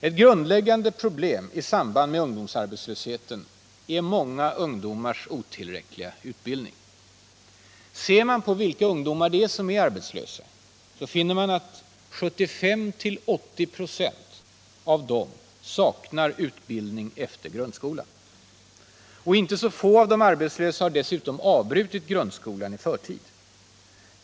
Ett grundläggande problem i samband med ungdomsarbetslösheten är många ungdomars otillräckliga utbildning. Ser man på vilka ungdomar som är arbetslösa, så finner man att 75-80 26 av dem saknar utbildning efter grundskolan. Inte så få av de arbetslösa har dessutom avbrutit grundskolan i förtid.